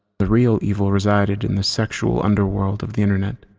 the real evil resided in the sexual underworld of the internet.